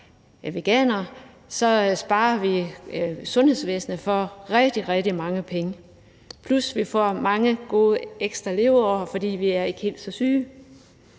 sparer vi sundhedsvæsenet for rigtig, rigtig mange penge, plus at vi får mange gode ekstra leveår, fordi vi ikke er helt så syge.